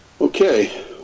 Okay